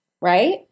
Right